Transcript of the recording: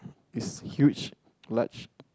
is huge large